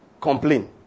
complain